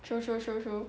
true true true